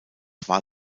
war